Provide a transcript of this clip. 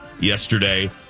yesterday